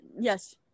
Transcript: Yes